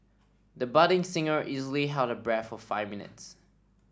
the budding singer easily held her breath for five minutes